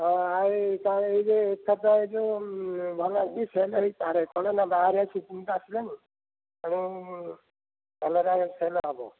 ହଁ ଆଉ ଏଇ କ'ଣ ଏଇ ଯେ ଯୋଉ ଭଲକି ସେଲ୍ ହେଇ ପାରେ କ'ଣ ନା ବାହାଘର ସିଜିନ୍ ଟା ଆସିଲାଣି ତେଣୁ କଲରା ଏ ସେଲ୍ ହେବ